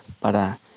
para